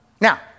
Now